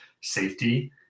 safety